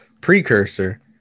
precursor